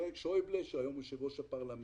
מי שהיום יושב ראש הפרלמנט,